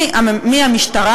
מהמשטרה,